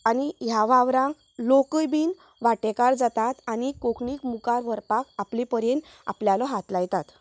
आनी ह्या वावरांक लोकय बीन वांटेकार जातात आनी कोंकणीक मुखार व्हरपाक आपले परेन आपल्यालो हात लायतात